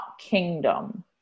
kingdom